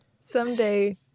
someday